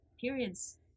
periods